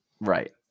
right